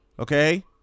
Okay